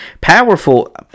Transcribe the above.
powerful